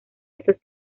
estos